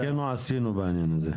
את חלקנו עשינו בעניין הזה.